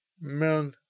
men